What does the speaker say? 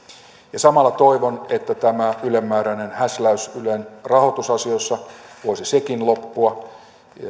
samalla toivon että tämä ylenmääräinen häsläys ylen rahoitusasioissa voisi sekin loppua